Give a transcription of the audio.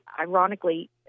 ironically